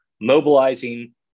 mobilizing